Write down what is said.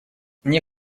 мне